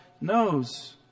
knows